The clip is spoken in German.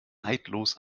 neidlos